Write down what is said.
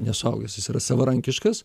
ne suaugęs jis yra savarankiškas